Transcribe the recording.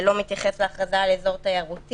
הוא לא מתייחס להכרזה על אזור תיירותי.